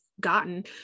gotten